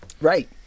Right